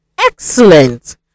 Excellent